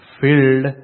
filled